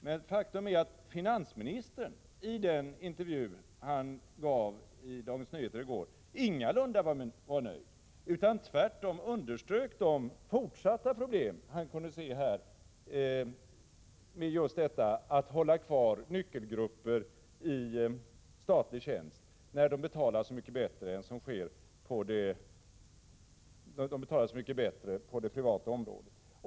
Men faktum är att finansministern i den intervju han gav i Dagens Nyheter i går ingalunda var nöjd utan tvärtom underströk de fortsatta problem han kunde se, just när det gäller att hålla kvar nyckelgrupper i statlig tjänst när de betalas så mycket bättre på det privata området.